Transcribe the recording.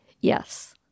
Yes